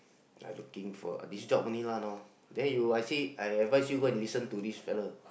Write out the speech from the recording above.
I looking for this job only lah now then you I see I advice you go and listen to this fellow